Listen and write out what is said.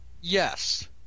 Yes